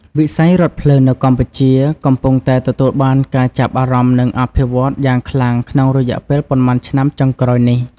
វិស័យរថភ្លើងនៅកម្ពុជាកំពុងតែទទួលបានការចាប់អារម្មណ៍និងអភិវឌ្ឍន៍យ៉ាងខ្លាំងក្នុងរយៈពេលប៉ុន្មានឆ្នាំចុងក្រោយនេះ។